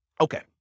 okay